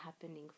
happening